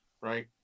right